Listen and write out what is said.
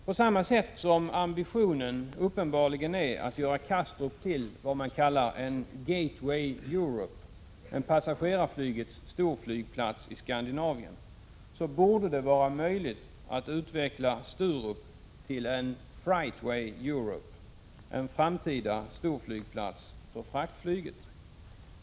På samma sätt som ambitionen uppenbarligen är att göra Kastrup till en ”Gateway Europe” — en passagerarflygets storflygplats i Skandinavien — borde det vara möjligt att utveckla Sturup till en ”Freightway Europe” — en framtida storflygplats för fraktflyget.